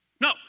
No